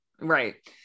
Right